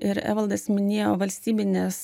ir evaldas minėjo valstybines